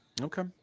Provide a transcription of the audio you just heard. Okay